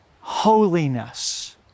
holiness